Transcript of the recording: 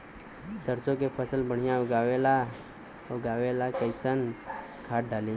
सरसों के फसल बढ़िया उगावे ला कैसन खाद डाली?